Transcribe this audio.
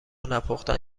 نپختن